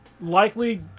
likely